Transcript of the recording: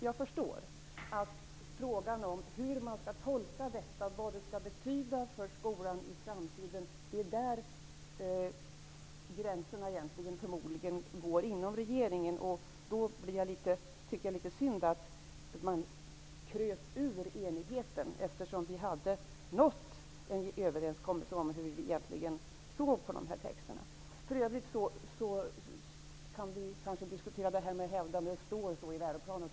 Jag förstår att gränserna för hur man skall tolka detta och vad det skall betyda för skolan i framtiden går inom regeringen. Därför var det litet synd att man kröp ur enigheten. Vi hade ju nått en överenskommelse om hur vi egentligen såg på dessa texter. För övrigt kan vi kanske diskutera det här med hävdandet. Det står så läroplanen.